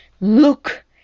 Look